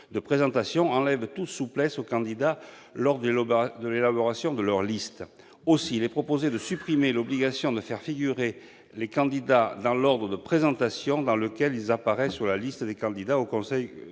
les candidats de toute souplesse dans l'élaboration de leur liste. Aussi, il est proposé de supprimer l'obligation de faire figurer les candidats dans l'ordre de présentation dans lequel ils apparaissent sur la liste des candidats au conseil